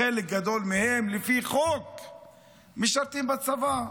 חלק גדול מהם לפי חוק משרתים בצבא.